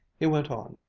he went on,